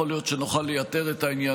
יכול להיות שנוכל לייתר את העניין,